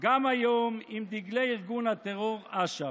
גם היום עם דגלי ארגון הטרור אש"ף.